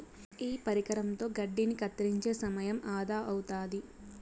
ఈ పరికరంతో గడ్డిని కత్తిరించే సమయం ఆదా అవుతాది